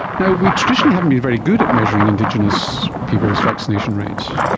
now, we traditionally haven't been very good at measuring indigenous people's vaccination rates.